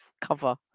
cover